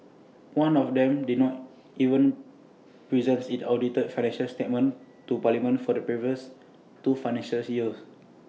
one of them did not even present its audited financial statements to parliament for the previous two financial years